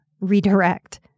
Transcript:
redirect